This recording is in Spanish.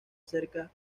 cerca